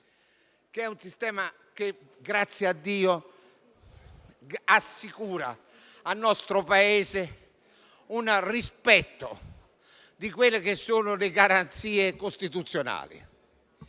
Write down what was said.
un sistema che, grazie a Dio, assicura al nostro Paese un rispetto delle garanzie costituzionali,